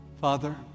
Father